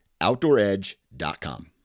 OutdoorEdge.com